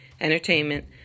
Entertainment